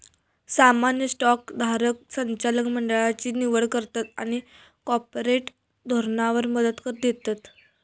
सामान्य स्टॉक धारक संचालक मंडळची निवड करतत आणि कॉर्पोरेट धोरणावर मत देतत